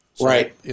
Right